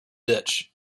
ditch